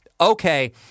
Okay